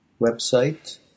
Website